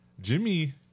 Jimmy